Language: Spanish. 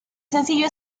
sencillo